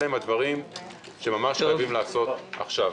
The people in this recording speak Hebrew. אלה הדברים שחייבים לעשות עכשיו.